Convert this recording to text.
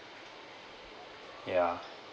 ya